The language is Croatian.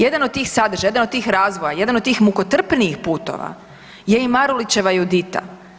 Jedan od tih sadržaja, jedan od tih razvoja, jedan od tih mukotrpnijih putova je i Marulićeva Judita.